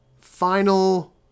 final